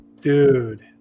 Dude